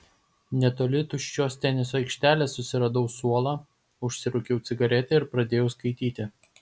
netoli tuščios teniso aikštelės susiradau suolą užsirūkiau cigaretę ir pradėjau skaityti